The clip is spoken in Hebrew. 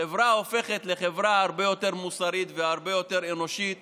חברה הופכת לחברה הרבה יותר מוסרית והרבה יותר אנושית